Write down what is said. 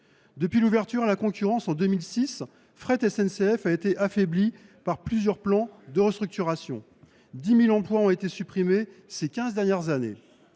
Depuis l’ouverture à la concurrence en 2006, Fret SNCF a été affaiblie par plusieurs plans de restructuration : 10 000 emplois ont été supprimés ces quinze dernières années.